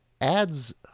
adds